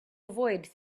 avoid